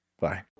bye